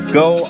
go